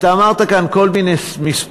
אתה אמרת כאן כל מיני מספרים,